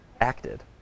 acted